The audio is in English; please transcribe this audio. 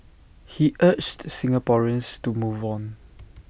he urged Singaporeans to move on